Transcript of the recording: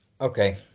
Okay